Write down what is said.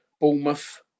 Bournemouth